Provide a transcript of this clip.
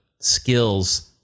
skills